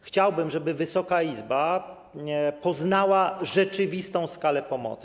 Chciałbym, żeby Wysoka Izba poznała rzeczywistą skalę pomocy.